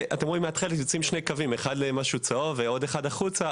מהתכלת יוצאים שני קווים אחד לצהוב ועוד אחד החוצה.